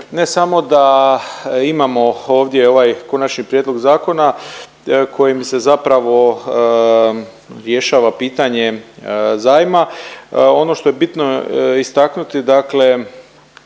Ne samo da imamo ovdje ovaj konačni prijedlog zakona kojim se zapravo rješava pitanje zajma. Ono što je bitno istaknuti dakle